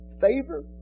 favor